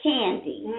Candy